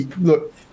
Look